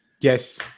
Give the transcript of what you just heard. Yes